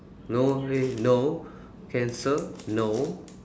no say no cancer no